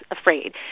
afraid